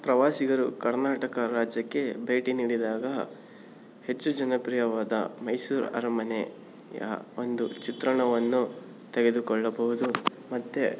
ಪ್ರವಾಸಿಗರು ಕರ್ನಾಟಕ ರಾಜ್ಯಕ್ಕೆ ಭೇಟಿ ನೀಡಿದಾಗ ಹೆಚ್ಚು ಜನಪ್ರಿಯವಾದ ಮೈಸೂರು ಅರಮನೆಯ ಒಂದು ಚಿತ್ರಣವನ್ನು ತೆಗೆದುಕೊಳ್ಳಬಹುದು ಮತ್ತೆ